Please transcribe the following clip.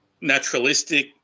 naturalistic